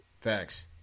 Facts